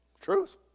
Truth